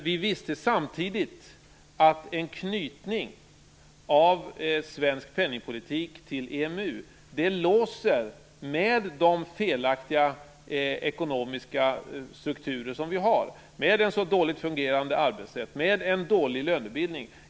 Vi visste samtidigt att en knytning av svensk penningpolitik till EMU låser de felaktiga ekonomiska strukturer vi har, med en så dåligt fungerande arbetsrätt och med en dålig lönebildning.